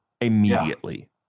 immediately